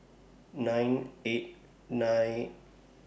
nine eight nine